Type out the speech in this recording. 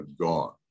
gone